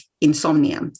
insomnia